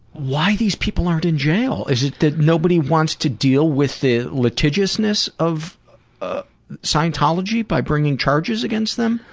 why these people aren't in jail? is it that nobody wants to deal with the litigiousness of scientology by bringing charges against them?